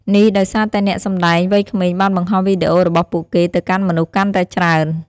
នេះដោយសារតែអ្នកសំដែងវ័យក្មេងបានបង្ហោះវីដេអូរបស់ពួកគេទៅកាន់មនុស្សកាន់តែច្រើន។